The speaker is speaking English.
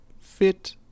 fit